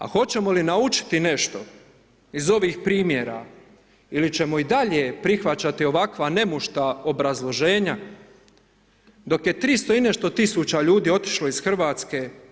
A hoćemo li nešto naučiti nešto iz ovih primjera, ili ćemo i dalje prihvaćati ovakva nemušta obrazloženja, dok je 300 i nešto tisuća ljudi otišlo iz RH.